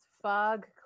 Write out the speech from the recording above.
fog